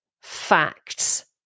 facts